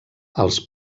als